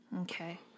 Okay